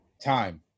time